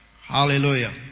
hallelujah